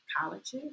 colleges